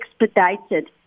expedited